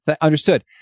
understood